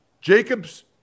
Jacobs